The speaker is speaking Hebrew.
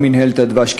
לא מינהלת הדבש,